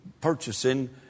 purchasing